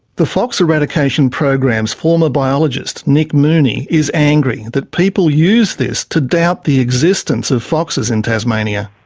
the fox eradication program's former biologist nick mooney is angry that people use this to doubt the existence of foxes in tasmania.